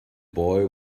boy